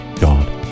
God